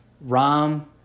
Rom